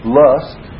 lust